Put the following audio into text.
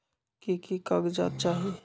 की की कागज़ात चाही?